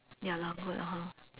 ya lor good lor